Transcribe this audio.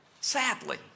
sadly